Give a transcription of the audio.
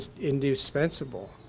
indispensable